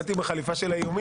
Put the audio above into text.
באתי עם החליפה של האיומים.